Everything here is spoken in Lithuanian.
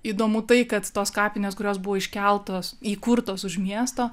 įdomu tai kad tos kapinės kurios buvo iškeltos įkurtos už miesto